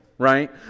Right